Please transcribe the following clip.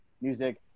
music